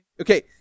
Okay